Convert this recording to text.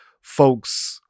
folks